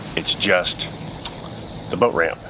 it's just the boat ramp.